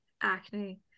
acne